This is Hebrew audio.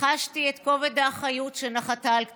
חשתי את כובד האחריות שנחתה על כתפיי.